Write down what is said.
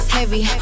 heavy